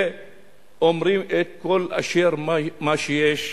ואומרים את כל אשר, מה שיש,